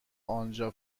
آنجا